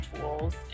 tools